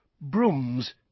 Brooms